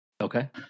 Okay